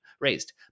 raised